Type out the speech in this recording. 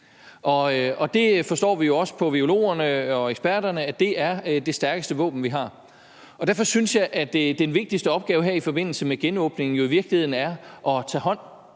og det forstår vi jo også på virologerne og eksperterne er det stærkeste våben, vi har. Derfor synes jeg jo i virkeligheden, at den vigtigste opgave her i forbindelse med genåbningen er at tage hånd